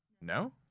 No